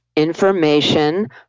information